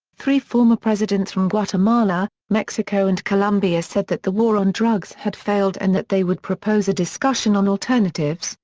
three former presidents from guatemala, mexico and colombia said that the war on drugs had failed and that they would propose a discussion on alternatives,